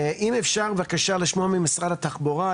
אם אפשר בבקשה לשמוע ממשרד התחבורה.